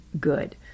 good